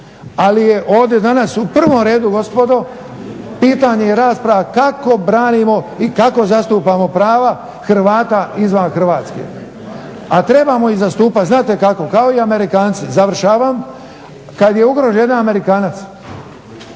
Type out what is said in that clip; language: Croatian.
Ali je ovdje danas u prvom redu gospodo pitanje i rasprava kako branimo i kako zastupamo prava Hrvata izvan Hrvatske. A trebamo ih zastupati znate kako? Kao i Amerikanci, završavam. Kad je ugrožen jedan Amerikanac